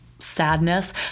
Sadness